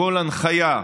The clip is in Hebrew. בכל הנחיה,